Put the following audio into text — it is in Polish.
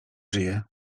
żyje